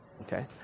Okay